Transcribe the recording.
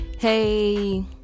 hey